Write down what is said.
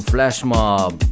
Flashmob